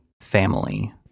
family